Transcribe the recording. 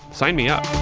sign me up.